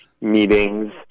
meetings